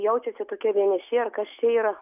jaučiasi tokie vieniši ar kas čia yra